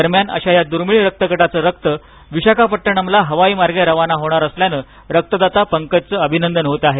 दरम्यान अशा या दुर्मिळ रक्तगटाचं रक्त विशाखापट्टणमला हवाईमार्गे रवाना होणार असल्यानं रक्तदाता पंकजच अभिनंदन होत आहे